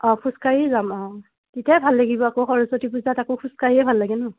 অঁ খোজকাঢ়ি যাম অঁ তেতিয়াই ভাল লাগিব আকৌ সৰস্বতী পূজাত আকৌ খোজকাঢ়িয়ে ভাল লাগে ন